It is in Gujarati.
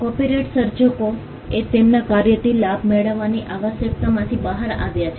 કોપિરાઇટ સર્જકોએ તેમના કાર્યથી લાભ મેળવવાની આવશ્યકતામાંથી બહાર આવ્યા છે